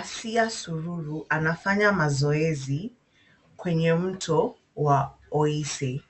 Asiya Sururu anafanya zoezi kwenye mto wa Oise.